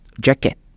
jacket